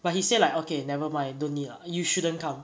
but he say like okay never mind don't need ah you shouldn't come